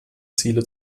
ziele